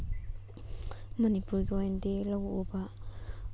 ꯃꯅꯤꯄꯨꯔꯒꯤ ꯑꯣꯏꯅꯗꯤ ꯂꯧ ꯎꯕ